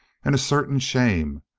and a certain shame.